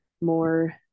more